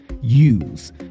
use